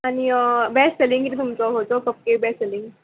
आनी best selling कितें तुमचो होचो फक्कय बॅस्ट सेलींग